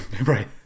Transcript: Right